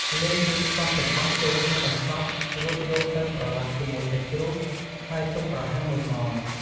លាយគ្រឿងផ្សំទាំងអស់ចូលគ្នាឱ្យសព្វ រួចយកទៅប្រឡាក់ជាមួយសាច់ជ្រូក ហើយទុកប្រហែល ១ ម៉ោង។